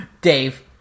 Dave